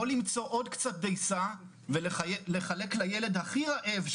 או למצוא עוד קצת דייסה ולחלק לילד הכי רעב,